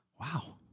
wow